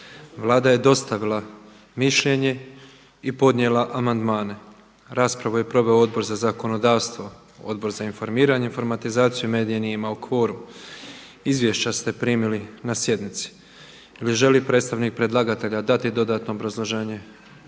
Vlada je dostavila mišljenje i podnijela amandmane. Raspravu je proveo Odbor za zakonodavstvo, Odbor za informiranje, informatizaciju i medije nije imao kvorum. Izvješća ste primili na sjednici. Da li želi predstavnik predlagatelja dati dodatno obrazloženje?